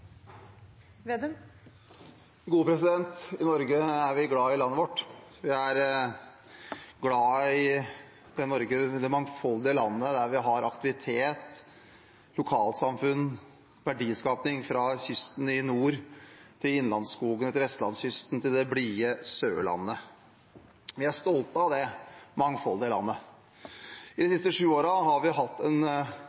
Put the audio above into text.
vi glad i landet vårt. Vi er glad i det mangfoldige landet der vi har aktivitet, lokalsamfunn og verdiskaping fra kysten i nord til innlandsskogene, til vestlandskysten, til det blide Sørlandet. Vi er stolte av det mangfoldige landet. I de